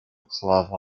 club